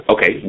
Okay